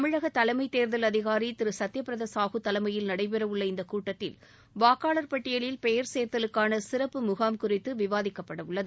தமிழக தலைமைத் தேர்தல் அதிகாரி திரு சத்தியபிரதா சாகு தலைமையில் நடைபெறவுள்ள இந்த கூட்டத்தில் வாக்காளர் பட்டியலில் பெயர் சேர்த்தலுக்கான சிறப்பு முகாம் குறித்து விவாதிக்கப்பட உள்ளது